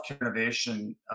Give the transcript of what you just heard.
innovation